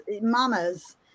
mamas